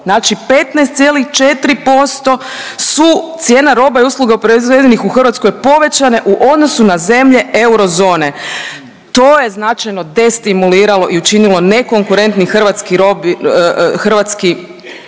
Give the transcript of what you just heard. znači 15,4% su cijena roba i usluga proizvedenih u Hrvatskoj povećane u odnosu na zemlje Eurozone. To je značajno destimulirano i učinilo nekonkurentni hrvatski